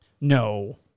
No